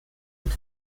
mit